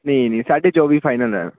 ਨਹੀਂ ਨਹੀਂ ਸਾਢੇ ਚੌਵੀ ਫਾਈਨਲ ਹੈ